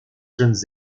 jeunes